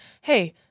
hey